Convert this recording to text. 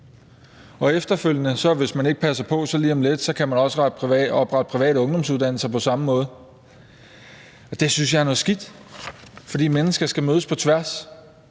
Og efterfølgende kan man, hvis vi ikke passer på, også lige om lidt oprette private ungdomsuddannelser på samme måde. Det synes jeg er noget skidt, for mennesker skal mødes på tværs,